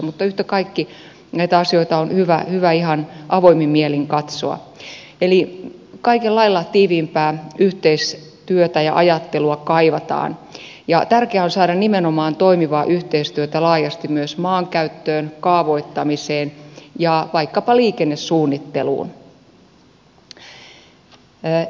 mutta yhtä kaikki näitä asioita on hyvä ihan avoimin mielin katsoa eli kaikella lailla tiiviimpää yhteistyötä ja ajattelua kaivataan ja tärkeää on saada nimenomaan toimivaa yhteistyötä laajasti myös maankäyttöön kaavoittamiseen ja vaikkapa liikennesuunnitteluun